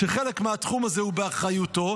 שחלק מהתחום הזה הוא באחריותו?